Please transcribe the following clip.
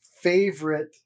favorite